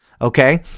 okay